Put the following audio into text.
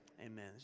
amen